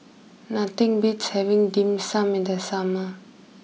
nothing beats having Dim Sum in the summer